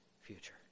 future